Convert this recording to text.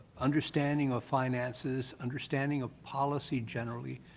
understanding of finances, understanding of policy generally.